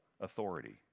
authority